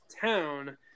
Town